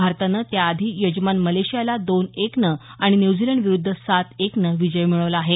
भारतानं त्या आधी यजमान मलेशियाला दोन एकनं आणि न्यूझीलंड विरुद्ध सात एकने दणदणीत विजय मिळवला आहे